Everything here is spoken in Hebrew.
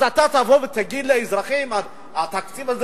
אז אתה תבוא ותגיד לאזרחים: התקציב הזה,